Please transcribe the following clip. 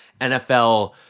NFL